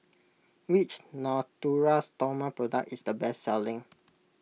which Natura Stoma product is the best selling